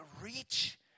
reach